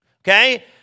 Okay